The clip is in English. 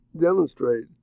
demonstrate